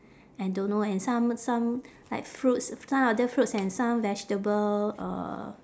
and don't know and some some like fruits some other fruits and some vegetable uh